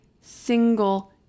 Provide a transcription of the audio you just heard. single